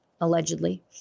allegedly